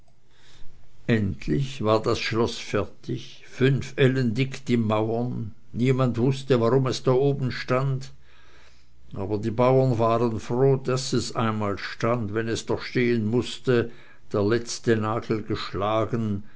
endlich war das schloß fertig fünf ellen dick die mauren niemand wußte warum es da oben stand aber die bauren waren froh daß es einmal stand wenn es doch stehen mußte der letzte nagel geschlagen